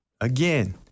again